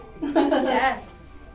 Yes